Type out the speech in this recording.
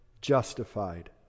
justified